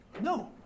No